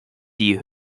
die